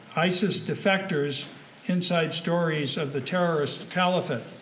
isis defectors inside stories of the terrorist caliphate.